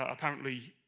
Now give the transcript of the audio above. ah apparently,